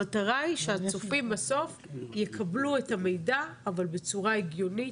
המטרה היא שהצופים בסוף יקבלו את המידע אבל בצורה הגיונית,